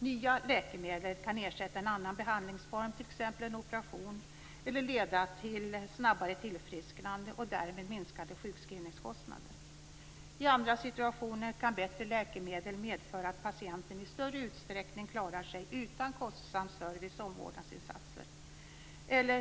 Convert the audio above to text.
Nya läkemedel kan ersätta en annan behandlingsform, t.ex. en operation, eller leda till snabbare tillfrisknande och därmed minskade sjukskrivningskostnader. I andra situationer kan bättre läkemedel medföra att patienten i större utsträckning klarar sig utan kostsam service och omvårdnadsinsatser.